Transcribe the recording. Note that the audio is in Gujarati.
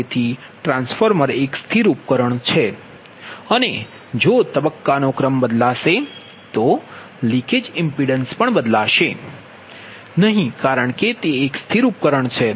તેથી ટ્રાન્સફોર્મર એક સ્થિર ઉપકરણ છે અને જો તબક્કા નો ક્રમ બદલાશે તો લિકેજ ઇમ્પિડન્સ બદલાશે નહીં કારણ કે તે એક સ્થિર ઉપકરણ છે